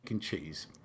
cheese